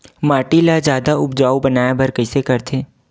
माटी ला जादा उपजाऊ बनाय बर कइसे करथे?